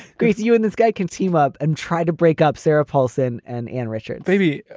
grace you. and this guy can team up and try to break up sarah paulson and ann richard baby.